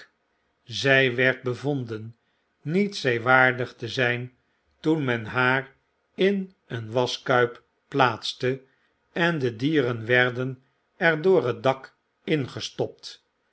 zij werd bevonden niet zeewaardig te zyn toen men haar in een waschkuij plaatste en de dieren werden er door het dak ingestopt